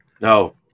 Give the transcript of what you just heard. no